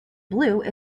blue